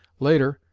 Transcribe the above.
later,